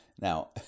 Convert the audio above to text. Now